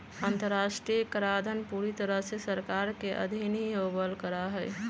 अन्तर्राष्ट्रीय कराधान पूरी तरह से सरकार के अधीन ही होवल करा हई